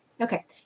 okay